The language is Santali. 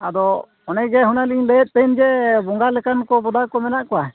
ᱟᱫᱚ ᱚᱱᱮ ᱡᱮ ᱦᱩᱱᱟᱹᱝ ᱞᱤᱧ ᱞᱟᱹᱭᱮᱫ ᱛᱟᱦᱮᱱ ᱡᱮ ᱵᱚᱸᱜᱟ ᱞᱮᱠᱟᱱ ᱠᱚ ᱵᱚᱫᱟ ᱠᱚ ᱢᱮᱱᱟᱜ ᱠᱚᱣᱟ